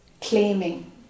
claiming